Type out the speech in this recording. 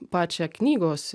pačią knygos